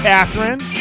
Catherine